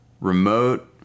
remote